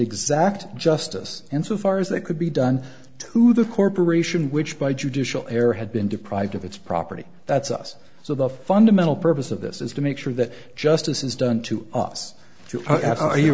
exact justice insofar as they could be done to the corporation which by judicial air had been deprived of its property that's us so the fundamental purpose of this is to make sure that justice is done to